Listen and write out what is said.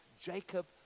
Jacob